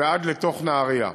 ועד לתוך נהריה.